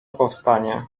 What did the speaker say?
powstanie